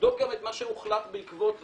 שיבדוק גם את מה שהוחלט בעקבות זאת.